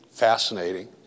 fascinating